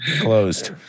Closed